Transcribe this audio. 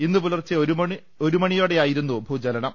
ഇന്നു പുലർച്ചെ ഒരു മണിയോ ടെയായിരുന്നു ഭൂചലനം